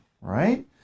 right